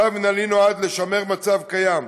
צו מינהלי נועד לשמר מצב קיים,